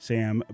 Sam